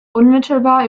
unmittelbar